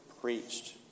preached